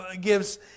gives